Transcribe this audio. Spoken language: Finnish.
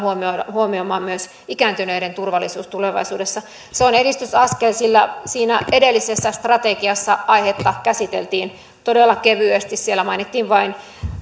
huomioimaan myös ikääntyneiden turvallisuus tulevaisuudessa se on edistysaskel sillä siinä edellisessä strategiassa aihetta käsiteltiin todella kevyesti siellä mainittiin vain